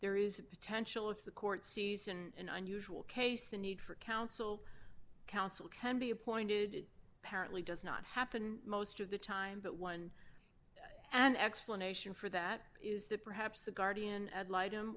there is a potential if the court season in an unusual case the need for counsel counsel can be appointed apparently does not happen most of the time but one an explanation for that is that perhaps the guardian ad li